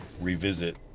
revisit